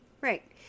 Right